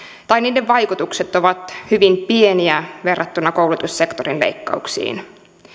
ja niiden vaikutukset ovat hyvin pieniä verrattuna koulutussektorin leikkauksiin